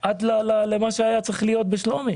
של הכביש עד הקטע שהיה צריך להגיע לשלומי.